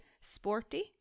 sporty